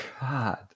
God